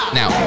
now